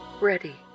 ready